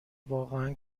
واقعا